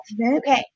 Okay